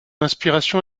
inspiration